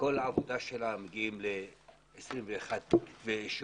החוליה החלשה היום.